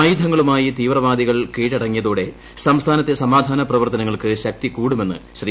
ആയുധങ്ങളുമായി തീവ്രവാദികൾ കീഴടങ്ങിയതോടെ സംസ്ഥാനത്തെ സമാധിക്ക് പ്രവർത്തനങ്ങൾക്ക് ശക്തികൂടുമെന്ന് ശ്രീ